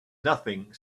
nothing